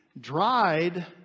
dried